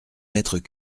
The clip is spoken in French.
mètres